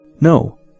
No